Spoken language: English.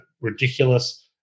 ridiculous